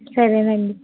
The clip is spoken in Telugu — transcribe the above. సరేనండి